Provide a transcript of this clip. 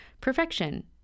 perfection